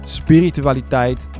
spiritualiteit